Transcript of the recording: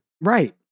Right